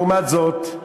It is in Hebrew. לעומת זאת,